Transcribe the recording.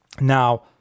Now